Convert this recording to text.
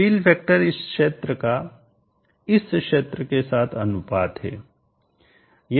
fill factor इस क्षेत्र का इस क्षेत्र के साथ अनुपात है